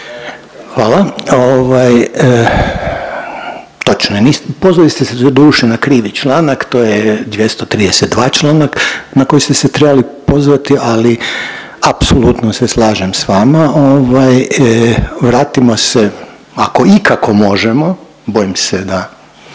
Ovaj točno je pozvali ste se doduše na krivi članak to je 232. članak na koji ste se trebali pozvati, ali apsolutno se slažem s vama. Vratimo se ako ikako možemo, bojim se da